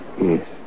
Yes